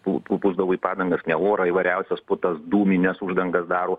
pū pūsdavo į padangas ne orą įvairiausias putas dūmines uždangas daro